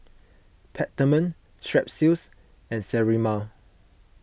Peptamen Strepsils and Sterimar